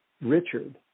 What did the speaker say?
Richard